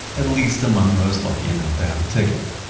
at least among those lucky enough to have a ticket.